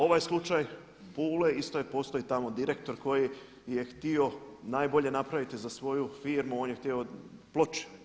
Ovaj slučaj Pule isto tamo postoji direktori koji je htio najbolje napraviti za svoju firmu, on je htio ploče